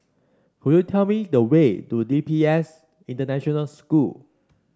could you tell me the way to D P S International School